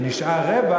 ונשאר להן רווח,